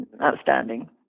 outstanding